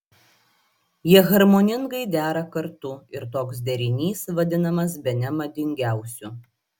jie harmoningai dera kartu ir toks derinys vadinamas bene madingiausiu